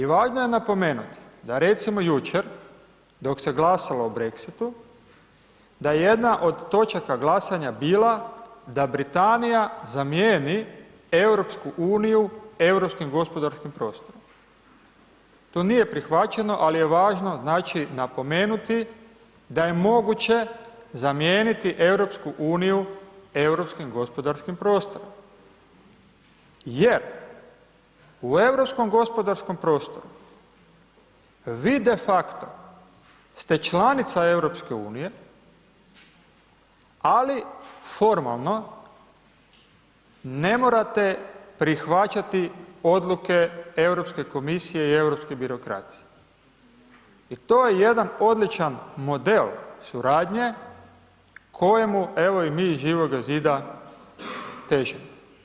I valja napomenuti da recimo jučer dok se glasalo o Brexitu da je jedna od točaka glasanja bila da Britanija zamijeni EU Europskim gospodarskim prostorom, to nije prihvaćeno, ali je važno znači napomenuti da je moguće zamijeniti EU Europskim gospodarskim prostorom, jer u Europskom gospodarskom prostoru vi defacto ste članica EU ali formalno ne morate prihvaćati odluke Europske komisije i europske birokracije i to je jedan odličan model suradnje kojemu evo i mi iz Živoga zida težimo.